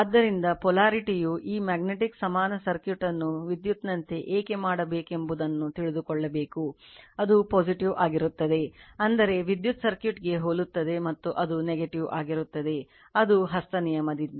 ಆದ್ದರಿಂದ polarity ನಿಯಮದಿಂದ